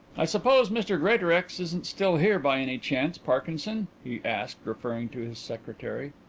i suppose mr greatorex isn't still here by any chance, parkinson? he asked, referring to his secretary.